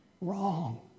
Wrong